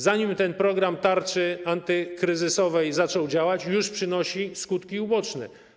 Zanim ten program tarczy antykryzysowej zaczął działać, już przyniósł skutki uboczne.